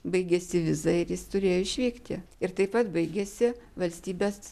baigėsi viza ir jis turėjo išvykti ir taip pat baigėsi valstybės